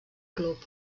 club